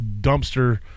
dumpster